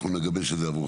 אנחנו נגבש את זה עבורכם.